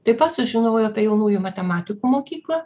taip pat sužinojau apie jaunųjų matematikų mokyklą